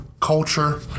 culture